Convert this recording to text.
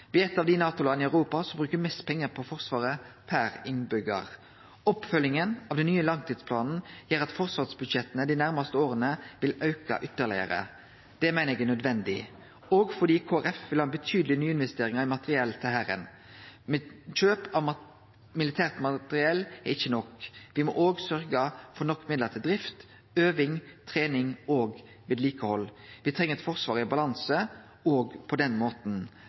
er eit av dei NATO-landa i Europa som bruker mest pengar på forsvaret per innbyggjar. Oppfølginga av den nye langtidsplanen gjer at forsvarsbudsjetta dei næraste åra vil auke ytterlegare. Det meiner eg er nødvendig, òg fordi Kristeleg Folkeparti vil ha betydelege nyinvesteringar i materiell til Hæren. Men kjøp av militært materiell er ikkje nok. Me må òg sørgje for nok midlar til drift, øving, trening og vedlikehald. Me treng eit forsvar i balanse også på den måten.